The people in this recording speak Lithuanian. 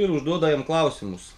ir užduoda jam klausimus